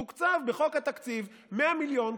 תוקצבו בחוק התקציב 100 מיליון,